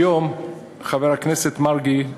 היום חבר הכנסת מרגי,